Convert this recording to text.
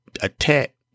attack